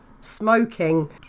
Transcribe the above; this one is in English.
smoking